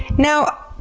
now,